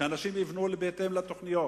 שאנשים יבנו בהתאם לתוכניות,